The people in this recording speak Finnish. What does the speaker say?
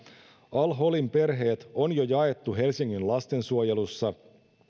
al holin perheet on jo jaettu helsingin lastensuojelussa